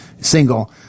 single